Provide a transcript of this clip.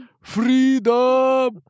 FREEDOM